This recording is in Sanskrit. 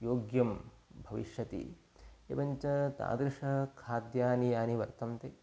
योग्यं भविष्यति एवञ्च तादृशखाद्यानि यानि वर्तन्ते